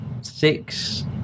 six